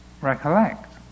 recollect